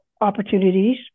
opportunities